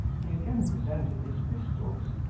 he again presented his pistols,